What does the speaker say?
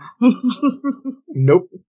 Nope